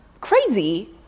crazy